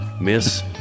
Miss